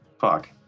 fuck